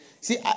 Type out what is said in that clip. See